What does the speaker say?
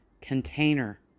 container